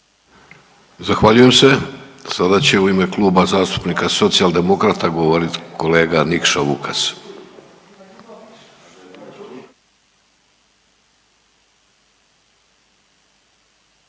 Zahvaljujem se. Sada će u ime Kluba zastupnika Socijaldemokrata govorit kolega Nikša Vukas.